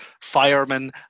firemen